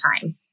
time